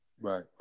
right